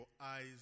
eyes